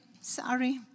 Sorry